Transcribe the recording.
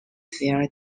fire